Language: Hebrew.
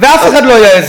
ואף אחד לא יעז,